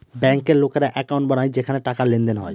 ব্যাঙ্কের লোকেরা একাউন্ট বানায় যেখানে টাকার লেনদেন হয়